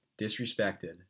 disrespected